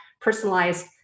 personalized